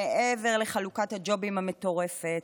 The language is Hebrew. מעבר לחלוקת הג'ובים המטורפת,